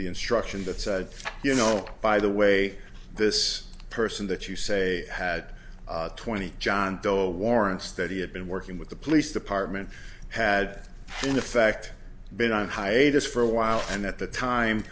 the instruction that said you know by the way this person that you say had twenty john doe warrants that he had been working with the police department had in effect been on hiatus for a while and at the time